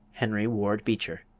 henry ward beecher.